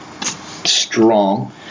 strong